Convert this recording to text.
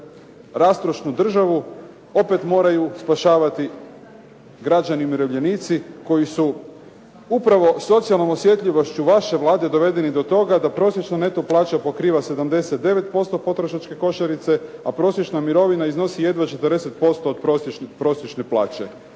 Rastrošnu državu opet moraju spašavati građani i umirovljenici koji su upravo socijalnom osjetljivošću vaše Vlade dovedeni do toga da prosječna neto plaća pokriva 79% potrošačke košarice, a prosječna mirovina iznosi jedva 40% od prosječne plaće.